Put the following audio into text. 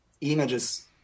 images